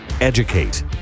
Educate